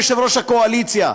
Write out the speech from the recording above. יושב-ראש הקואליציה,